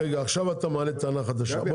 עכשיו אתה מעלה טענה חדשה.